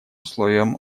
условием